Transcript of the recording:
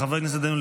חבר הכנסת דנינו,